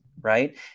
right